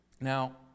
Now